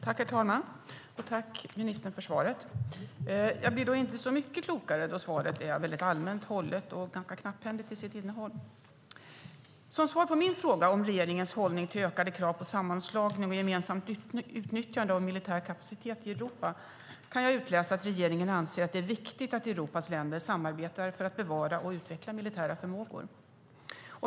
Herr talman! Tack, ministern, för svaret. Jag blir dock inte så mycket klokare, då svaret är väldigt allmänt hållet och ganska knapphändigt till sitt innehåll. Som svar på min fråga om regeringens hållning till ökade krav på sammanslagning med gemensamt utnyttjande av militär kapacitet i Europa kan jag utläsa att regeringen anser att det är viktigt att Europas länder samarbetar för att bevara och utveckla militära förmågor.